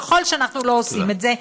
ככל שאנחנו לא עושים את זה,